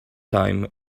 time